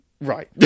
right